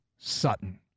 Sutton